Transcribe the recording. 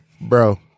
Bro